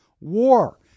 War